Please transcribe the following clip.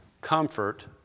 comfort